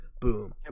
Boom